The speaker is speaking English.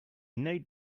need